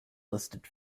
listed